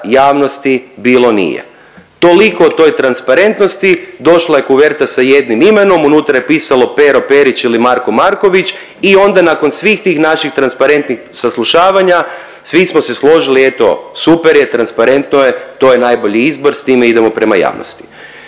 javnosti bilo nije. Toliko o toj transparentnosti, došla je kuverta sa jednim imenom, unutra je pisalo Pero Perić ili Marko Marković i onda nakon svih tih naših transparentnih saslušavanja svi smo se složili eto super je, transparentno je, to je najbolji izbor, s time idemo prema javnosti